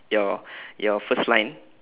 your your first line